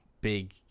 big